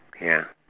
ya